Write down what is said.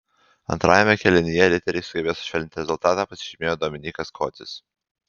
antrajame kėlinyje riteriai sugebėjo sušvelninti rezultatą pasižymėjo dominykas kodzis